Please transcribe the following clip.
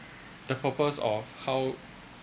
the purpose of how